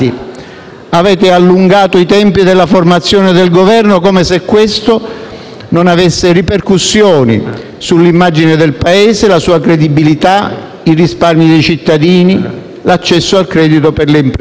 avete allungato i tempi della formazione del Governo, come se questo non avesse ripercussioni sull'immagine del Paese, la sua credibilità, i risparmi dei cittadini, l'accesso al credito per le imprese.